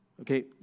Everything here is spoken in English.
Okay